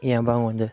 ꯏꯌꯥꯝꯕ ꯃꯉꯣꯟꯗ